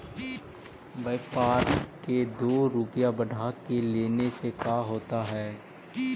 व्यापारिक के दो रूपया बढ़ा के लेने से का होता है?